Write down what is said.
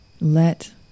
let